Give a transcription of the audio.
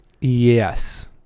Yes